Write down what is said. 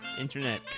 Internet